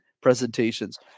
presentations